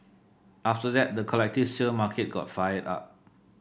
after that the collective sale market got fired up